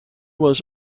was